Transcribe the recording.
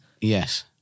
Yes